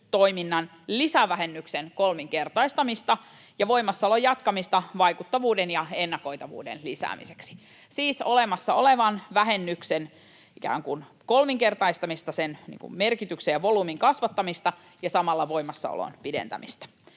kehitystoiminnan lisävähennyksen kolminkertaistamista ja voimassaolon jatkamista vaikuttavuuden ja ennakoitavuuden lisäämiseksi — siis olemassa olevan vähennyksen ikään kuin kolminkertaistamista, sen merkityksen ja volyymin kasvattamista ja samalla voimassaolon pidentämistä.